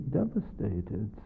devastated